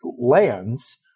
lands